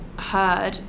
Heard